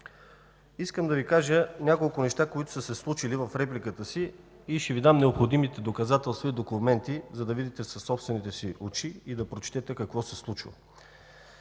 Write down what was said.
искам да Ви кажа няколко неща, които са се случили, и ще Ви дам необходимите доказателства и документи, за да видите със собствените си очи и прочетете какво се случва.